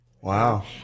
Wow